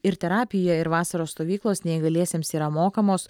ir terapija ir vasaros stovyklos neįgaliesiems yra mokamos